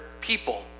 people